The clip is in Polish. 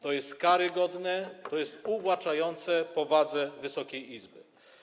To jest karygodne, to jest uwłaczające powadze Wysokiej Izby.